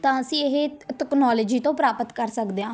ਤਾਂ ਅਸੀਂ ਇਹ ਤਕਨੋਲਜੀ ਤੋਂ ਪ੍ਰਾਪਤ ਕਰ ਸਕਦੇ ਹਾਂ